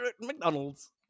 McDonald's